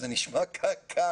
זה נשמע קל,